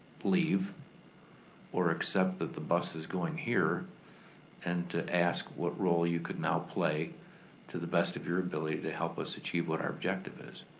leave or accept that the bus is going here and to ask what role you could now play to the best of your ability to help us achieve what our objective is.